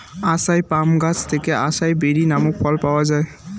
আসাই palm গাছ থেকে acai berry নামক ফল পাওয়া যায়